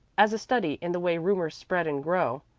as a study in the way rumors spread and grow.